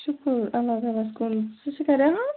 شُکُر اللہ تعالہَس کُن ژٕ چھَکھا رِہان